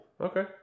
okay